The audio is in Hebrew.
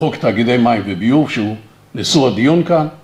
‫הוק תאגידי מים וביוב ‫שהוא נשוא הדיון כאן.